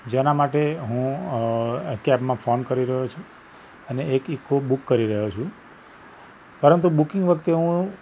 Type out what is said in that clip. જેના માટે હું અ અત્યારમાં ફોન કરી રહ્યો છું અને એક ઇક્કો બૂક કરી રહ્યો છુ પરંતુ બુકિંગ વખતે હું